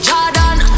Jordan